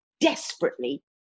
desperately